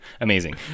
Amazing